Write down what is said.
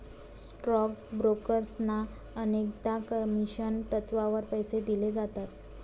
stock ब्रोकर्सना अनेकदा commission तत्त्वावर पैसे दिले जातात